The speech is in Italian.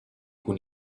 con